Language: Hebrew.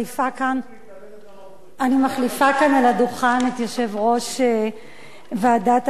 אני מחליפה כאן על הדוכן את יושב-ראש ועדת העבודה,